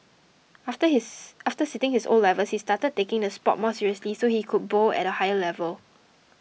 after his after sitting his O levels he started taking the sport more seriously so he could bowl at a higher level